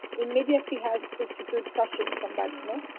immediacy has substituted touching somebody, no,